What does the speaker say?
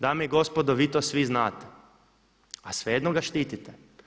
Dame i gospodo vi to svi znate a svejedno ga štitite.